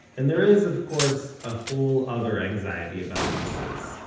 and there is, of course, a whole other anxiety about buses!